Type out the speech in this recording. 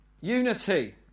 unity